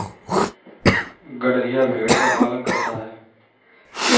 गड़ेरिया भेड़ का पालन करता है